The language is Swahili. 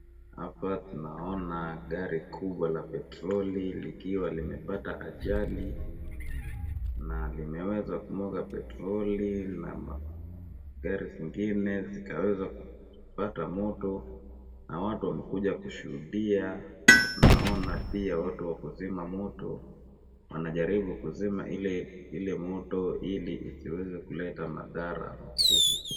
Hapa tunaona gari kubwa la petroli likiwa limepata ajali, na limeweza kumwaga petroli na magari zingine zikaweza kupata moto, na watu wamekuja kushuhudia. Naona pia watu wa kuzima moto wanajaribu kuzima ile moto ili isiweze kuleta madhara makuu.